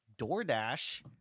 DoorDash